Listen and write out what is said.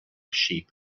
sheep